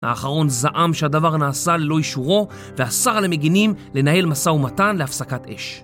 האחרון זעם שהדבר נעשה ללא אישורו ואסר על המגינים לנהל משא ומתן להפסקת אש.